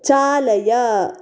चालय